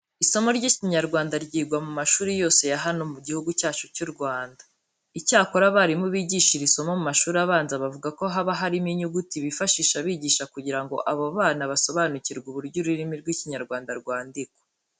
Isomo ry'Ikinyarwanda ryigwa mu mashuri yose ya hano mu Gihugu cyacu cy'u Rwanda. Icyakora, abarimu bigisha iri somo mu mashuri abanza bavuga ko haba harimo inyuguti bifashisha bigisha kugira ngo abo bana basobanukirwe uburyo ururimi rw'Ikinyarwanda rwandikwa.